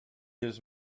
his